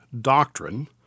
doctrine